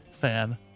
fan